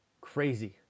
Crazy